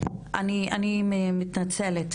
אני מתנצלת,